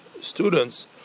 students